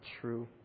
true